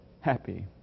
happy